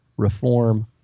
reform